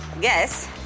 Guess